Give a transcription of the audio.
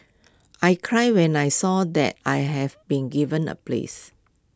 I cried when I saw that I had been given A place